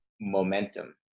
momentum